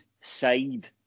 side